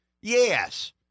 Yes